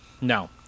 No